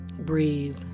Breathe